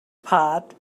pot